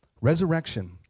Resurrection